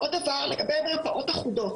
לגבי מרפאות אחודות.